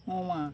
Uma